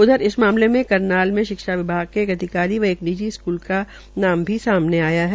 उधर इस मामले में करनाल में शिक्षा विभाग के एक अधिकारी व निजी स्कूल का नाम भी सामने आया है